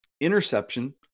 interception